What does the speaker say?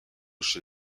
chez